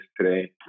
today